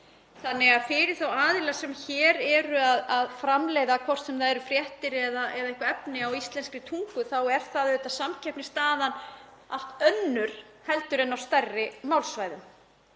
þannig að fyrir þá aðila sem hér eru að framleiða, hvort sem það eru fréttir eða eitthvert efni á íslenskri tungu, er samkeppnisstaðan allt önnur heldur en á stærri málsvæðum.